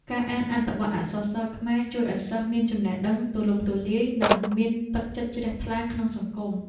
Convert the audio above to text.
ការអានអត្ថបទអក្សរសិល្ប៍ខ្មែរជួយឱ្យសិស្សមានចំណេះដឹងទូលំទូលាយនិងមានទឹកចិត្តជ្រះថ្លាក្នុងសង្គម។